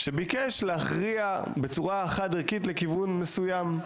שביקש להכריע בצורה חד ערכית לכיוון מסוים,